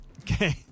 Okay